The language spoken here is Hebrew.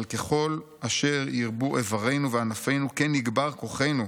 אבל ככל אשר ירבו אברינו וענפינו כן יגבר כוחנו,